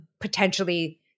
potentially